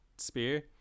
spear